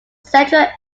central